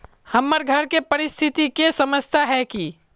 हमर घर के परिस्थिति के समझता है की?